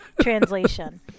translation